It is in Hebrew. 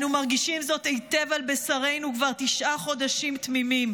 אנו מרגישים זאת היטב על בשרנו כבר תשעה חודשים תמימים.